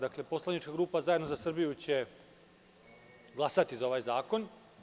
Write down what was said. Dakle, poslanička grupa Zajedno za Srbiju će glasati za ovaj zakon.